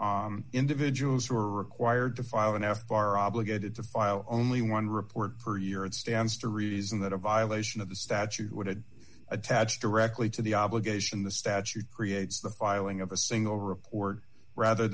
he's individuals who are required to file an f are obligated to file only one report per year it stands to reason that a violation of the statute would attach directly to the obligation the statute creates the filing of a single r